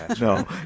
No